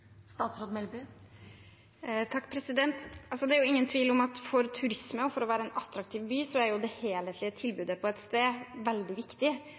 Det er ingen tvil om at for turisme og for å være en attraktiv by er det helhetlige tilbudet på et sted veldig viktig.